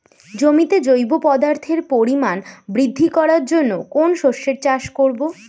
জমিতে জৈব পদার্থের পরিমাণ বৃদ্ধি করার জন্য কোন শস্যের চাষ করবো?